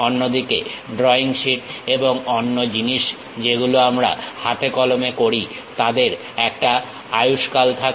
অন্যদিকে drawing sheet এবং অন্য জিনিস যেগুলো আমরা হাতে কলমে করি তাদের একটা আয়ুষ্কাল থাকে